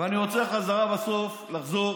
ואני רוצה בסוף לחזור